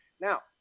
Now